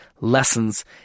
lessons